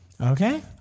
Okay